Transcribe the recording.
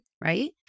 right